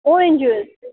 orange juice